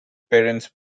parents